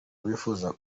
abifuza